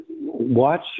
watch